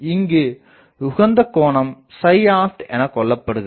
இங்கு உகந்த கோணம் opt எனக்கொள்ளப்படுகிறது